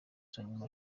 nyuma